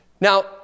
Now